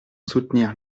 soutenir